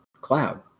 Cloud